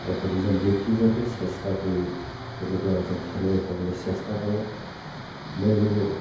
আৰু প্ৰতিজন ব্যক্তিয়ে যাতে চেষ্টা কৰি তেনেকুৱা এজন খেলুৱৈ হ'বলৈ চেষ্টা কৰে ময়ো